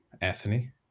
Anthony